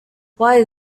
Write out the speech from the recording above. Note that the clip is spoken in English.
while